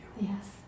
Yes